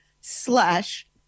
slash